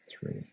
three